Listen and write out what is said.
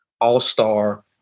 all-star